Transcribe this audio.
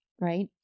right